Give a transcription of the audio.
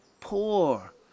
poor